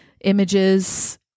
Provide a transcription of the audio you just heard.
images